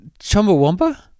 Chumbawamba